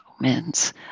moments